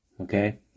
okay